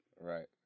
right